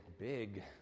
big